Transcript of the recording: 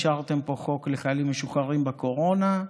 אישרתם פה חוק לחיילים משוחררים בקורונה.